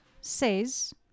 says